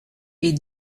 est